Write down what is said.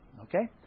Okay